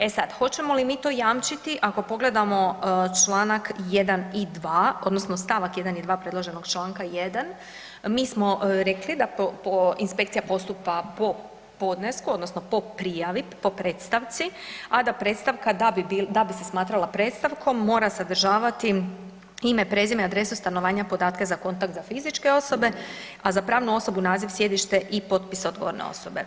E sad, hoćemo li mi to jamčiti ako pogledamo Članak 1. i 2. odnosno stavak 1. i 2. Predloženog Članka 1., mi smo rekli da inspekcija postupa po podnesku odnosno po prijavi, po predstavci, a da predstavka da bi se smatrala predstavkom mora sadržavati ime, prezime, adresu stanovanja, podatke za kontakt za fizičke osobe, a za pravnu osobu naziv, sjedište i potpis odgovorne osobe.